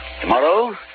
Tomorrow